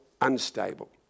unstable